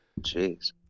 Jeez